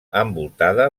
envoltada